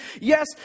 Yes